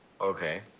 Okay